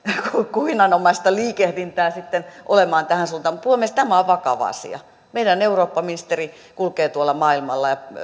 kuhinanomaista liikehdintää olemaan tähän suuntaan puhemies tämä on vakava asia kun meidän eurooppaministeri kulkee tuolla maailmalla ja